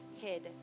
hid